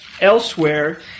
elsewhere